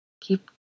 keep